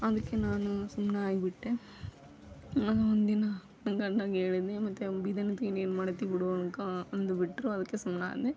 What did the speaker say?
ಅದಕ್ಕೆ ನಾನು ಸುಮ್ಮನೆ ಆಗಿಬಿಟ್ಟೆ ಆವಾಗ ಒಂದಿನ ನನ್ನ ಗಂಡಂಗೆ ಹೇಳಿದ್ದನ್ನೆ ಮತ್ತು ಬೀದಿಗೆ ನಿಂತ್ಕೊಂಡು ನೀನು ಏನು ಮಾಡುತ್ತಿ ಬಿಡು ಅಂತ ಅಂದು ಬಿಟ್ಟರು ಅದಕ್ಕೆ ಸುಮ್ಮನಾದೆ